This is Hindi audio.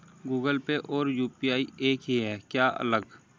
गूगल पे और यू.पी.आई एक ही है या अलग?